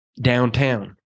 downtown